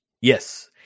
Yes